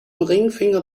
ringfinger